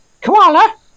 Koala